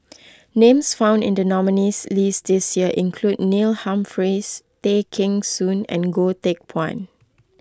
names found in the nominees' list this year include Neil Humphreys Tay Kheng Soon and Goh Teck Phuan